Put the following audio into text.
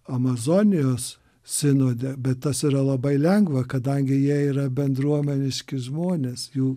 amazonijos sinode bet tas yra labai lengva kadangi jie yra bendruomeniški žmonės jų